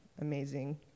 amazing